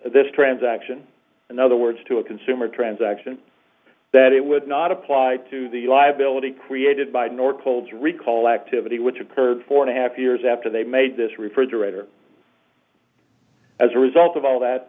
this transaction in other words to a consumer transaction that it would not apply to the liability created by nor cold's recall activity which occurred four and a half years after they made this refrigerator as a result of all that